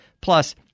Plus